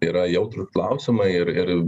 yra jautrūs klausimai ir ir